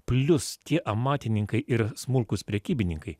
plius tie amatininkai ir smulkūs prekybininkai